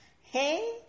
hey